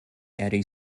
eddie